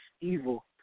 evil